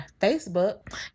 facebook